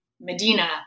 Medina